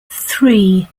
three